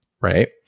right